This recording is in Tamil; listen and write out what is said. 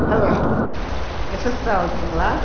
ஹலோ எஸ்எஸ் ட்ராவல்ஸுங்களா